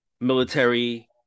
military